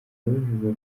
bivugwa